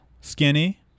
skinny